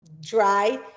dry